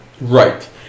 Right